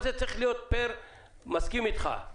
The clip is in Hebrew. מסכים איתך,